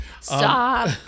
Stop